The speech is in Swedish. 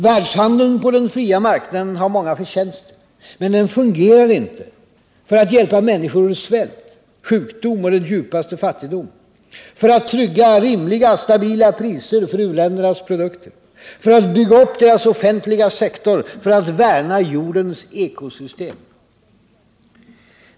Världshandeln på den fria marknaden har många förtjänster. Men den fungerar inte för att hjälpa människor ur svält, sjukdom och den djupaste fattigdom, för att trygga rimliga, stabila priser för u-ländernas produkter, för att bygga upp deras offentliga sektor, för att värna jordens ekosystem.